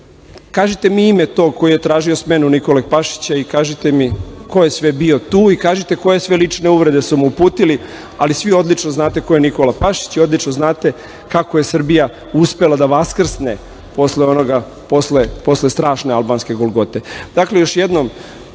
Kažite mi ime tog koji je tražio smenu Nikole Pašića i kažite mi ko je sve bio tu i kažite koje sve lične uvrede su mu uputili, ali svi odlično znate ko je Nikola Pašić i odlično znate kako je Srbija uspela da vaskrsne posle strašne albanske golgote. Još jednom,